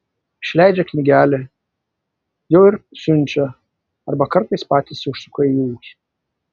išleidžia knygelę jau ir siunčia arba kartais patys užsuka į ūkį